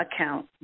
account